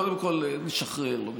קודם כול, נשחרר, לא נכבוש.